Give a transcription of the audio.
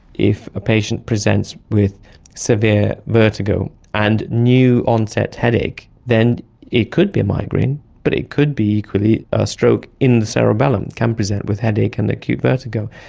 if a patient presents with severe vertigo and new onset headache, then it could be a migraine, but it could be equally a stroke in the cerebellum, it can present with headache and acute vertigo.